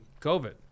COVID